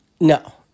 No